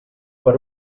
per